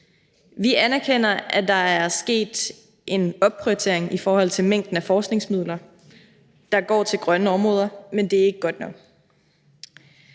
Vi anerkender, at der er sket en opprioritering i forhold til mængden af forskningsmidler, der går til grønne områder, men det er ikke godt nok.